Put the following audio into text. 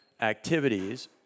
activities